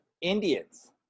Indians